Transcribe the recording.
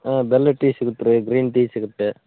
ಹಾಂ ಬೆಲ್ಲದ ಟೀ ಸಿಗುತ್ರೆ ಗ್ರೀನ್ ಟೀ ಸಿಗತ್ತೆ